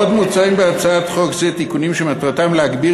עוד מוצעים בהצעת חוק זו תיקונים שמטרתם להגביר